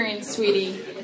Sweetie